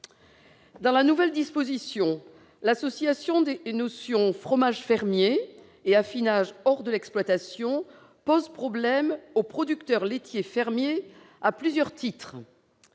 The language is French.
Dans la nouvelle disposition, l'association des notions « fromages fermiers » et « affinage hors de l'exploitation » pose problème aux producteurs laitiers fermiers à plusieurs titres.